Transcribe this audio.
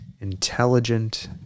intelligent